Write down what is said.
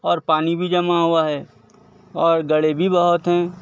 اور پانی بھی جمع ہوا ہے اور گڑے بھی بہت ہیں